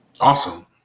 Awesome